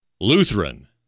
Lutheran